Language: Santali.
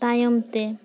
ᱛᱟᱭᱚᱢ ᱛᱮ